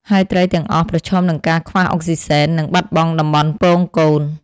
ហើយត្រីទាំងអស់ប្រឈមនឹងការខ្វះអុកស៊ីហ្សែន និងបាត់បង់តំបន់ពងកូន។